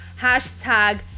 hashtag